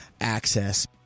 access